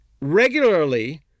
regularly